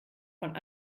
von